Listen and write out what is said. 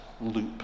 loop